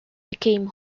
became